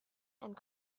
and